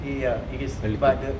ya it is but the